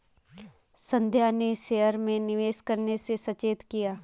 संध्या ने शेयर में निवेश करने से सचेत किया